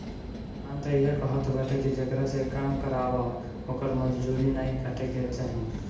इमान तअ इहे कहत बाटे की जेकरा से काम करावअ ओकर मजूरी नाइ काटे के चाही